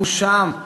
הוא שם.